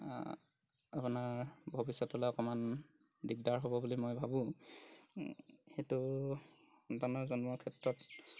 আপোনাৰ ভৱিষ্যতলৈ অকণমান দিগদাৰ হ'ব বুলি মই ভাবোঁ সেইটো সন্তানৰ জন্মৰ ক্ষেত্ৰত